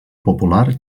popular